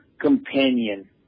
companion